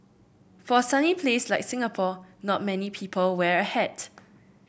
for a sunny place like Singapore not many people wear a hat